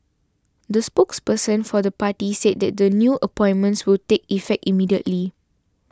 the spokesperson for the party said that the new appointments will take effect immediately